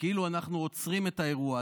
שכאילו אנחנו עוצרים את האירוע.